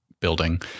Building